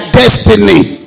destiny